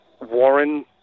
Warren